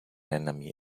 enemy